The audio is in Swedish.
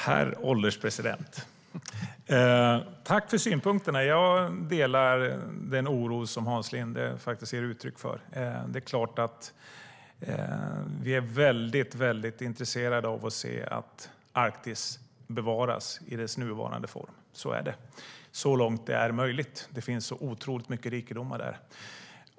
Herr ålderspresident! Tack för synpunkterna! Jag delar den oro som Hans Linde ger uttryck för. Det är klart att vi är väldigt intresserade av att se att Arktis bevaras i dess nuvarande form så långt det är möjligt. Det finns så otroligt mycket rikedomar där.